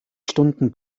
stunden